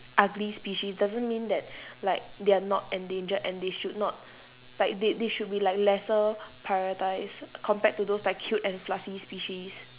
ugly species doesn't mean that like they are not endangered and they should not like they they should be like lesser prioritised compared to those like cute and fluffy species